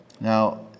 Now